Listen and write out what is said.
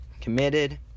committed